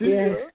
Yes